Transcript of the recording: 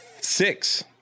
six